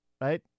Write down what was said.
right